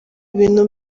bintu